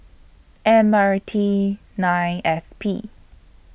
M R T nine S P